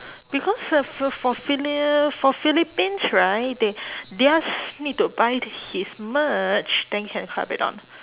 because uh f~ for philli~ for philippines right they theirs need to buy his merch then can kabedon